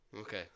Okay